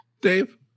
Dave